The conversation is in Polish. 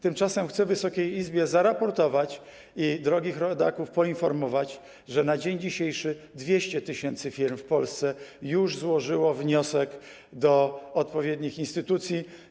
Tymczasem chcę Wysokiej Izbie zaraportować i drogich rodaków poinformować, że na dzień dzisiejszy 200 tys. firm w Polsce już złożyło wniosek do odpowiednich instytucji.